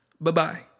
bye-bye